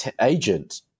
agent